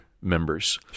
members